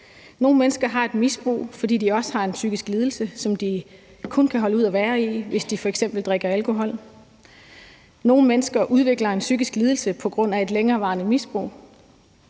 Nogle mennesker har et misbrug, fordi de også har en psykisk lidelse, som de kun kan holde ud at være i, hvis de f.eks. drikker alkohol. Nogle mennesker udvikler en psykisk lidelse på grund af et længerevarende misbrug.